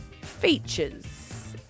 features